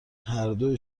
هردو